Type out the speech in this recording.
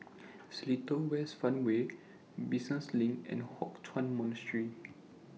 Seletar West Farmway Business LINK and Hock Chuan Monastery